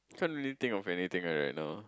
can't really think of anythings lah you know